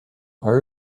are